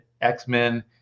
X-Men